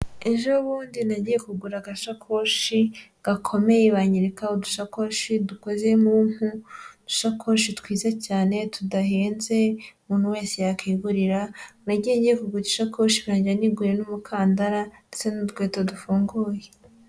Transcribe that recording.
Ejo bundi nagiye kugura agashakoshi, gakomeye, banyereka udushakoshi dukoze mu mpu, udushakoshi twiza cyane, tudahenze, umuntu wese yakigurira, nagiye ngiye kugura ishakoshi, birangira niguriye n'umukandara, ndetse n'udukweto dufunguye.